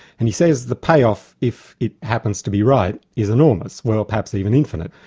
and he says the pay-off if it happens to be right, is enormous, well perhaps even infinite.